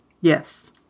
Yes